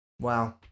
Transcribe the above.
Wow